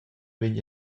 vegn